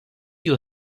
you